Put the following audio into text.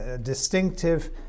distinctive